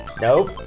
Nope